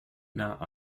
not